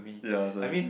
ya I was like